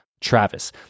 Travis